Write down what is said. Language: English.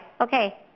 okay